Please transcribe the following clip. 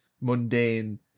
mundane